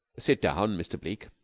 sit down, mr. bleke,